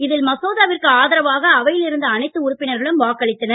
இதில் மசோதாவிற்கு ஆதரவாக அவையில் இருந்த அனைத்து உறுப்பினர்களும் வாக்களித்தனர்